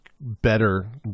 better